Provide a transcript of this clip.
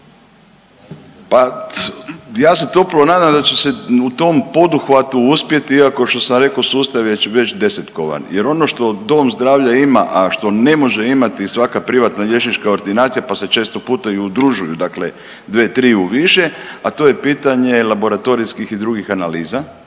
Pa ja se toplo nadam da će se u tom poduhvatu uspjeti, iako sam rekao, sustav je već desetkovan jer ono što dom zdravlja ima, a što ne može imati svaka privatna liječnička ordinacija pa se često puta i udružuju, dakle 2, 3 u više, a to je pitanje laboratorijskih i drugih analiza